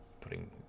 Putting